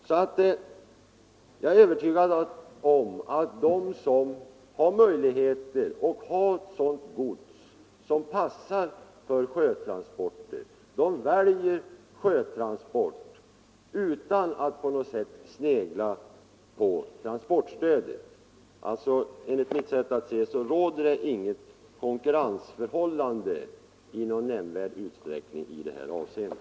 Jag är alltså övertygad om att de som har gods som passar för sjötransport väljer sjötransport utan att på något vis snegla på transportstödet. Enligt mitt sätt att se råder det följaktligen inte något nämnvärt konkurrensförhållande i detta avseende.